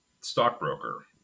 stockbroker